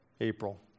April